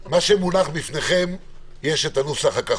אתם "מייבשים" אותי בזום שעה וחצי עד